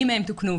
מי מהם תוקנו,